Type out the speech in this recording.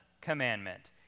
commandment